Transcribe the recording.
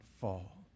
fall